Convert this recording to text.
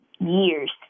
years